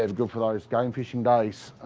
ah good for those game fishing days.